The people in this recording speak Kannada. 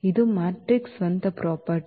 ಇದು ಮ್ಯಾಟ್ರಿಕ್ಸ್ನ ಸ್ವಂತ ಪ್ರಾಪರ್ಟಿ